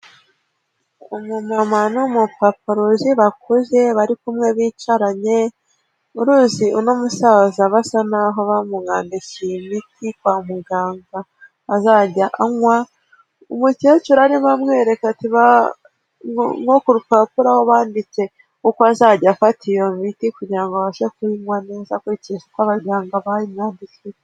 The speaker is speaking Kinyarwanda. Umu mama n'umu papa uruzi bakuze bari kumwe bicaranye, uruzi uno musaza basa naho bamwandikiye imiti kwa muganga azajya anywa, umukecuru arimo kumwereka ati nko kurupapuro aho banditse uko azajya afata iyo miti kugira ngo abashe ku yinywa neza akurikije uko abaganga bayimwandikiye.